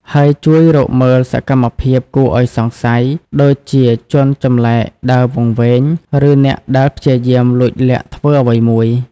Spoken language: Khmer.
ហើយជួយរកមើលសកម្មភាពគួរឱ្យសង្ស័យ ដូចជាជនចម្លែកដើរវង្វេង ឬអ្នកដែលព្យាយាមលួចលាក់ធ្វើអ្វីមួយ។